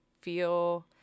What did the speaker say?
feel